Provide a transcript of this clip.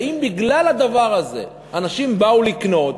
ואם בגלל הדבר הזה אנשים באו לקנות,